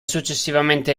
successivamente